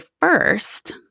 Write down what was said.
first